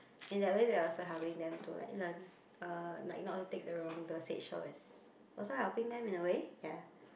in that way we are also helping them to like learn uh like not take the wrong dosage so it's also helping them in a way ya